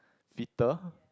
fitter